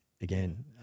again